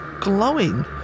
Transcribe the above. glowing